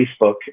Facebook